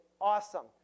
awesome